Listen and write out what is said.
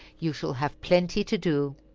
you shall have plenty to do.